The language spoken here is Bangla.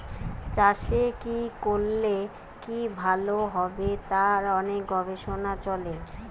চাষের কি করলে কি ভালো হবে তার অনেক গবেষণা চলে